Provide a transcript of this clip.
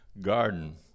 garden